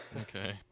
Okay